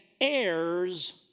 heirs